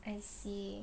I see